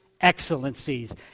excellencies